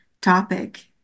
topic